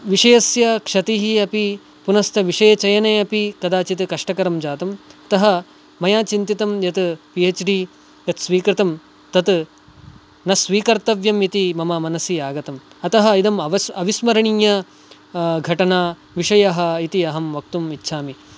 विषयस्य क्षतिः अपि पुनश्च विषयस्य चयने अपि कदाचित् कष्टकरं जातं अतः मया चिन्तितं यत् पि एच् डि यत् स्वीकृतं तत् न स्वीकर्तव्यमिति मम मनसि आगतम् अतः इदम् अवस्म अविस्मरणीयघटना विषयः इति अहं वक्तुम् इच्छामि